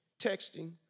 texting